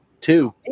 Two